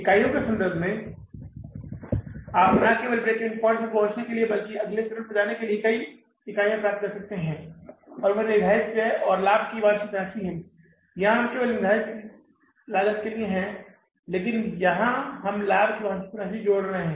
इकाइयों के संदर्भ में आप न केवल ब्रेक इवन पॉइंट्स पर पहुंचने के लिए बल्कि अगले चरण पर जाने के लिए कई इकाइयाँ प्राप्त कर सकते हैं और वह निर्धारित व्यय और लाभ की वांछित राशि है यहाँ हम केवल निर्धारित लागत लिए हैं लेकिन यहाँ हम लाभ की वांछित राशि जोड़ रहे हैं